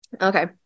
Okay